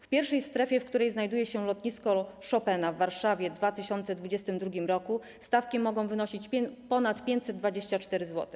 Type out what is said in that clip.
W pierwszej strefie, w której znajduje się lotnisko Chopina w Warszawie, w 2022 r. stawki mogą wynosić ponad 524 zł.